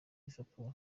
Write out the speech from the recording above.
liverpool